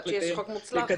עד שיש חוק מוצלח.